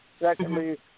Secondly